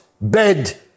bed